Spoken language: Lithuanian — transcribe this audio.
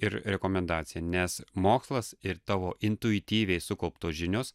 ir rekomendaciją nes mokslas ir tavo intuityviai sukauptos žinios